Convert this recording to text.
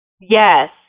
Yes